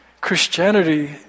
Christianity